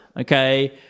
Okay